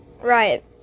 Right